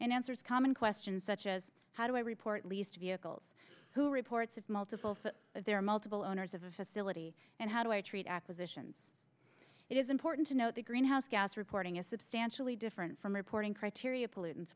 answers common questions such as how do i report least vehicles who reports of multiple foot there are multiple owners of a facility and how do i treat acquisition it is important to know the greenhouse gas reporting is substantially different from reporting criteria pollutants